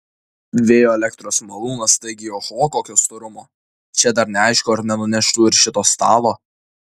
vėjo elektros malūnas taigi oho kokio storumo čia dar neaišku ar nenuneštų ir šito stalo